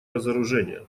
разоружение